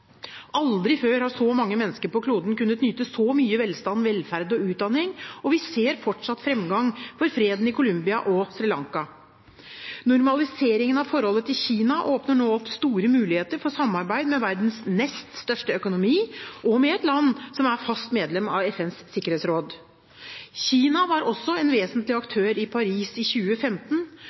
Aldri før har så mange mennesker på kloden kunnet nyte så mye velstand, velferd og utdanning. Vi ser fortsatt framgang for freden i Colombia og Sri Lanka. Normaliseringen av forholdet til Kina åpner nå opp store muligheter for samarbeid med verdens nest største økonomi og med et land som er fast medlem av FNs sikkerhetsråd. Kina var også en vesentlig aktør i Paris 2015,